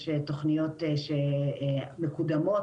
יש תוכניות שמקודמות,